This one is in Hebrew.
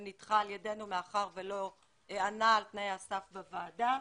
ונדחה על ידינו מאחר ולא ענה על תנאי הסף בוועדה.